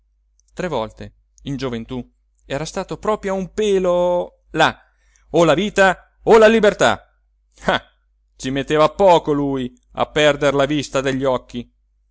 tre volte in gioventù era stato proprio a un pelo là o la vita o la libertà ah ci metteva poco lui a perder la vista degli occhi